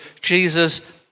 Jesus